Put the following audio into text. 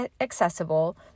accessible